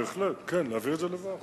בהחלט, כן, להעביר את זה לוועדה.